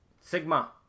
Sigma